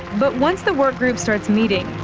but once the workgroup starts meeting,